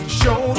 show